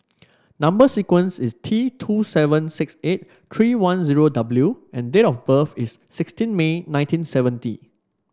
number sequence is T two seven six eight three one zero W and date of birth is sixteen May nineteen seventy